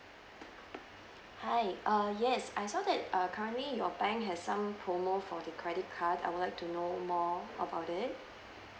hi uh yes I saw that uh currently your bank has some promo for the credit card I would like to know more about it